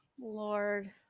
lord